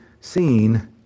seen